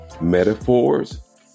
metaphors